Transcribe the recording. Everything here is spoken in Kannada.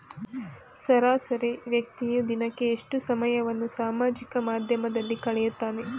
ಸರಾಸರಿ ವ್ಯಕ್ತಿಯು ದಿನಕ್ಕೆ ಎಷ್ಟು ಸಮಯವನ್ನು ಸಾಮಾಜಿಕ ಮಾಧ್ಯಮದಲ್ಲಿ ಕಳೆಯುತ್ತಾನೆ?